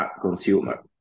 consumer